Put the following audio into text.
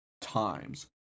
times